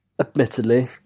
admittedly